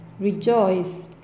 Rejoice